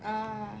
ah